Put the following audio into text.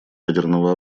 ядерного